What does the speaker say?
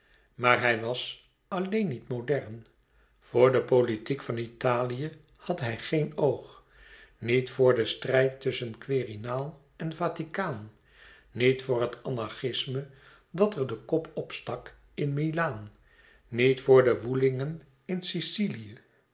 maar hij was alleen niet modern voor de politiek van italië had hij geen oog niet voor den strijd tusschen quirinaal en vaticaan niet voor het anarchisme dat er den kop opstak in milaan niet voor de woelingen in sicilië